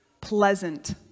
pleasant